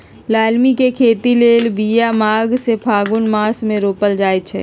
लालमि के खेती लेल बिया माघ से फ़ागुन मास मे रोपल जाइ छै